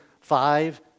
five